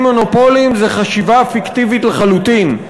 מונופולים זו חשיבה פיקטיבית לחלוטין.